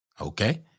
Okay